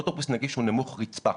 אוטובוס נגיש הוא נמוך רצפה,